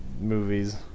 movies